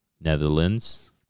Netherlands